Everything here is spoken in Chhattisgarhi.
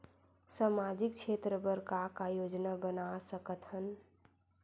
सामाजिक क्षेत्र बर का का योजना बना सकत हन?